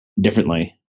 differently